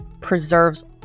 preserves